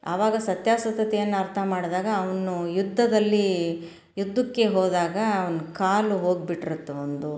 ಅವಾಗ ಸತ್ಯಾಸತ್ಯತೆಯನ್ನ ಅರ್ಥ ಮಾಡಿದಾಗ ಅವನು ಯುದ್ಧದಲ್ಲಿ ಯುದ್ಧಕ್ಕೆ ಹೋದಾಗ ಅವ್ನ ಕಾಲು ಹೋಗ್ಬಿಟಿರ್ತೆ ಅವ್ನದ್ದು